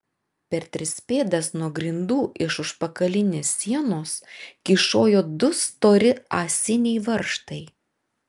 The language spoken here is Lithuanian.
per tris pėdas nuo grindų iš užpakalinės sienos kyšojo du stori ąsiniai varžtai